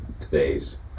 today's